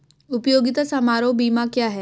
उपयोगिता समारोह बीमा क्या है?